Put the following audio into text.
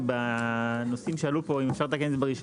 ברגע שכתבנו את זה בחוק,